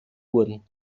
wurden